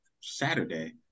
Saturday